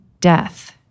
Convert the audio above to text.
death